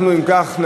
אם כך,